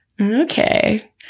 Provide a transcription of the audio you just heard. Okay